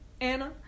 Anna